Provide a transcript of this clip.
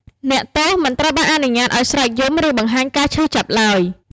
អ្នកទោសមិនត្រូវបានអនុញ្ញាតឱ្យស្រែកយំ ឬបង្ហាញការឈឺចាប់ឡើយ។